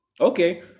Okay